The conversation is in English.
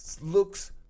looks